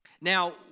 Now